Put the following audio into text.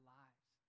lives